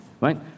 right